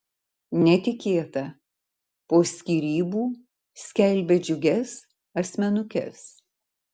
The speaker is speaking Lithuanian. netikėta po skyrybų skelbia džiugias asmenukes